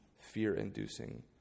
fear-inducing